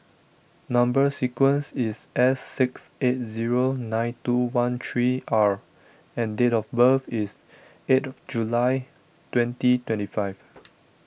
Number Sequence is S six eight zero nine two one three R and date of birth is eight July twenty twenty five